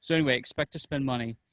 so anyway, expect to spend money.